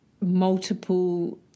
multiple